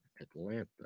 Atlanta